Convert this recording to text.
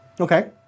Okay